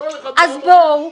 אז בואו,